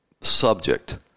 subject